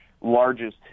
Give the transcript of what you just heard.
Largest